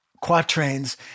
quatrains